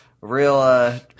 Real